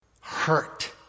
hurt